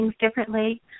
differently